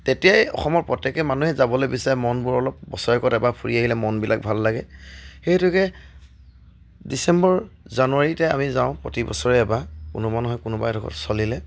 তেতিয়াই অসমৰ প্ৰত্যেকেই মানুহে যাবলৈ বিচাৰে মনবোৰ অলপ বছৰেকত এবাৰ ফুৰি আহিলে মনবিলাক ভাল লাগে সেইটোকে ডিচেম্বৰ জানুৱাৰীতে আমি যাওঁ প্ৰতি বছৰে এবাৰ কোনোবা নহয় কোনোবা এডখৰ স্থলীলৈ